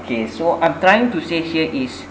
okay so I'm trying to say here is